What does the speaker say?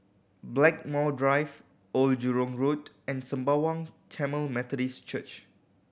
Blackmore Drive Old Jurong Road and Sembawang Tamil Methodist Church